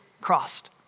crossed